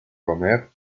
comer